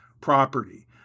property